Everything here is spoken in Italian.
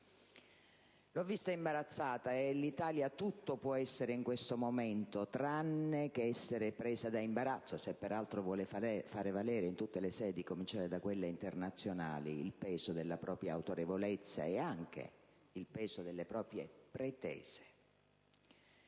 L'ho vista imbarazzato, e l'Italia tutto può essere in questo momento, tranne che essere presa da imbarazzo, se peraltro vuole far valere in tutte le sedi, a cominciare da quelle internazionali, il peso della propria autorevolezza e anche delle proprie pretese.